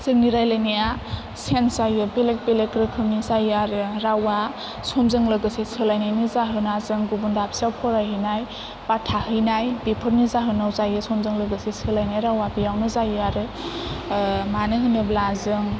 जोंनि रायलायनाया सेनस जायो बेलेग बेलेग रोखोमनि जायो आरो रावआ समजों लोगोसे सोलायनायनि जाहोना जों गुबुन दाबसेयाव फरायहैनाय बा थाहैनाय बेफोरनि जाहोनाव जायो समजों लोगोसे सोलायनाय रावआ बेयावनो जायो आरो मानो होनोब्ला जों